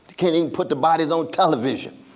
can't even put the bodies on television